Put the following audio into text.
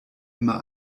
immer